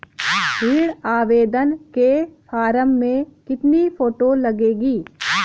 ऋण आवेदन के फॉर्म में कितनी फोटो लगेंगी?